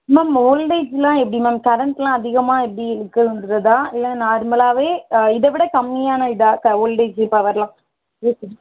ma'am ஓல்டேஜெலாம் எப்படி ma'am கரெண்ட்டெலாம் அதிகமாக எப்படி இழுக்குங்கறதா இல்லை நார்மலாகவே இதை விட கம்மியான இதாக க வோல்டேஜு பவரெலாம் இழுக்குமா